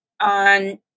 on